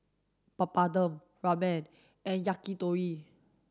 Papadum Ramen and Yakitori